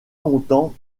longtemps